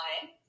time